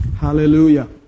Hallelujah